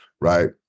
right